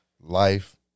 life